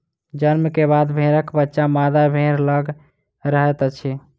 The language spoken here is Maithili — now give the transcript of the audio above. जन्म के बाद भेड़क बच्चा मादा भेड़ लग रहैत अछि